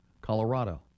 Colorado